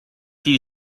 few